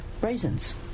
raisins